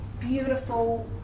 beautiful